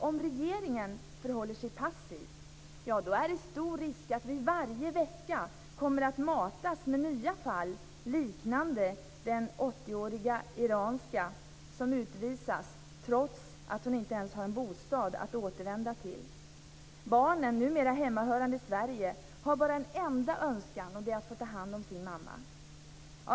Om regeringen förhåller sig passiv är det stor risk att vi varje vecka kommer att matas med nya fall liknande den 80-åriga iranska som utvisas trots att hon inte ens har en bostad att återvända till. Barnen, numera hemmahörande i Sverige, har bara en enda önskan, och det är att få ta hand om sin mamma.